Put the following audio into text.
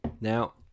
Now